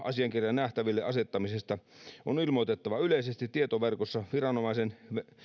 asiakirjan nähtäville asettamisesta on ilmoitettava yleisessä tietoverkossa viranomaisen